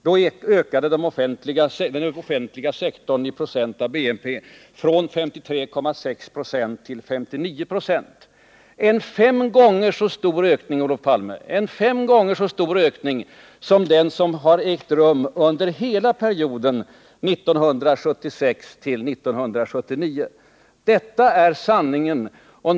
Då ökade den offentliga sektorn i procent av BNP från 53,6 96 till 59 96 — en fem gånger så stor ökning som den som ägt rum under hela perioden 1976-1979. Detta är sanningen.